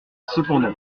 cependant